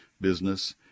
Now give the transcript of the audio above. business